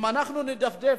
אם אנחנו נדפדף,